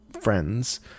friends